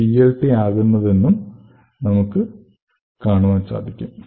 0x3BC എന്നത് PLT ആയതിനാൽ set mylib int PLT യിൽ സ്റ്റോർ ചെയ്യപ്പെടുന്നു എന്ന് മനസ്സിലാക്കാം